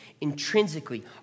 intrinsically